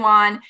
on